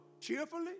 cheerfully